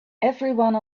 everyone